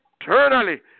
eternally